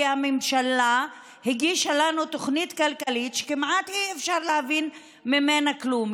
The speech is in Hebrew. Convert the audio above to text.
כי הממשלה הגישה לנו תוכנית כלכלית שכמעט אי-אפשר להבין ממנה כלום.